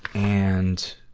and,